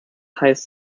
heißt